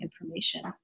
information